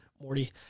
Morty